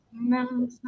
No